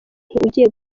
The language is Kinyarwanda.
ugiye